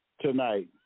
tonight